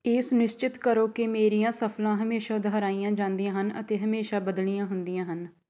ਇਹ ਸੁਨਿਸ਼ਚਿਤ ਕਰੋ ਕਿ ਮੇਰੀਆਂ ਸਫਲਾਂ ਹਮੇਸ਼ਾਂ ਦੁਹਰਾਈਆਂ ਜਾਂਦੀਆਂ ਹਨ ਅਤੇ ਹਮੇਸ਼ਾਂ ਬਦਲੀਆਂ ਹੁੰਦੀਆਂ ਹਨ